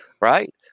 right